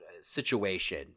situation